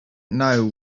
know